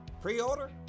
Pre-order